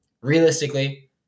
Realistically